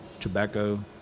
tobacco